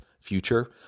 future